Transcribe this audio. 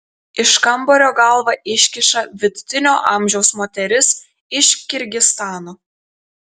iš kambario galvą iškiša vidutinio amžiaus moteris iš kirgizstano